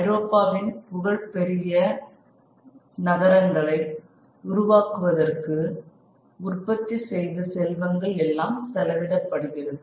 ஐரோப்பாவின் புகழ் பெரிய நகரங்களை உருவாக்குவதற்கு உற்பத்தி செய்த செல்வங்கள் எல்லாம் செலவிடப்படுகிறது